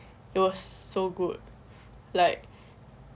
it was so good like